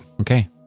Okay